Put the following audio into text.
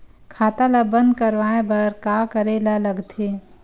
खाता ला बंद करवाय बार का करे ला लगथे?